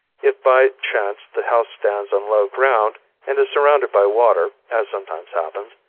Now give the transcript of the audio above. if by chance the house stands on low ground and is surrounded by water, as sometimes happens,